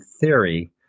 theory